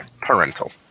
Parental